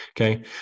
Okay